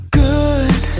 good